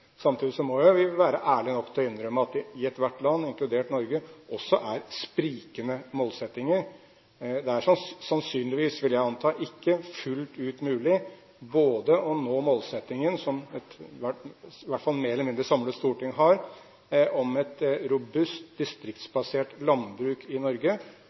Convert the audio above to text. i ethvert land, inkludert Norge, også er sprikende målsettinger. Det er sannsynligvis, vil jeg anta, ikke fullt ut mulig både å nå målsettingen som et mer eller mindre samlet storting har, om et robust distriktsbasert landbruk i Norge,